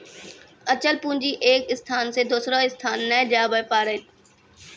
अचल पूंजी एक स्थान से दोसरो स्थान नै जाबै पारै